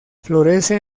florece